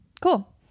Cool